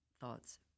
thoughts